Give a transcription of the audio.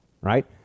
right